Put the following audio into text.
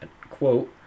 quote